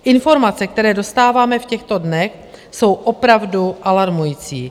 Informace, které dostáváme v těchto dnech, jsou opravdu alarmující.